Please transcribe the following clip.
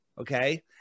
okay